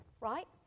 right